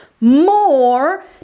more